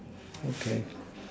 okay